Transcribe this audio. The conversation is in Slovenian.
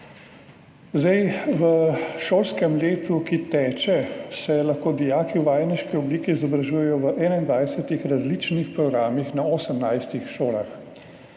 V šolskem letu, ki teče, se lahko dijaki v vajeniški obliki izobražujejo v 21 različnih programih na 18 šolah.